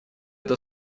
это